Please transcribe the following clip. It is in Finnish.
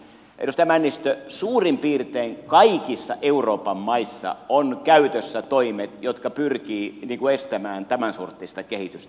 edustaja männistö suurin piirtein kaikissa euroopan maissa ovat käytössä toimet jotka pyrkivät estämään tämänsorttista kehitystä